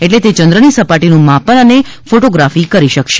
એટ્લે તે ચંદ્ર ની સપાટી નું માપન અનેફોટોગ્રાફી કરી શકશે